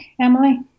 Emily